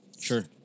sure